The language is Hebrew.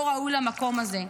לא ראוי למקום הזה.